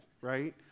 right